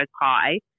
high